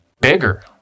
bigger